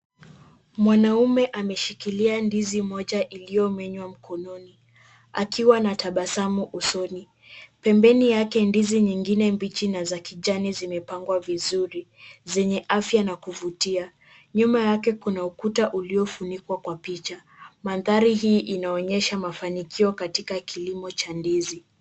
Mwanaume ameshikilia ndizi moja iliomenywa mkononi akiwa anatabasamu usoni. Pembeni yake ndizi nyingine mbichi na za kijani zimepangwa vizuri zenye afya na kuvutia. Nyuma yake kuna ukuta uliofunikwa kwa picha. mandhari hii inaonyesha mafanikio katika kilimo cha ndizi.